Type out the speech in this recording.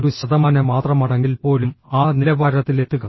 ഒരു ശതമാനം മാത്രമാണെങ്കിൽപ്പോലും ആ നിലവാരത്തിലെത്തുക